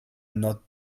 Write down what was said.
not